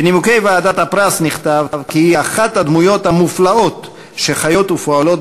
בנימוקי ועדת הפרס נכתב כי היא "אחת הדמויות המופלאות שחיות ופועלות